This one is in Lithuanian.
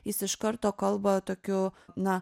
jis iš karto kalba tokiu na